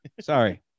Sorry